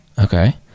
okay